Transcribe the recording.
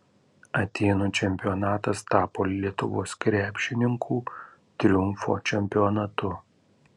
atėnų čempionatas tapo lietuvos krepšininkų triumfo čempionatu